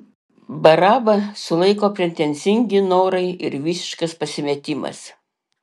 barabą sulaiko pretenzingi norai ir visiškas pasimetimas